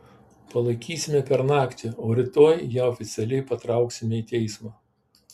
palaikysime per naktį o rytoj ją oficialiai patrauksime į teismą